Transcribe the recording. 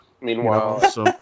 Meanwhile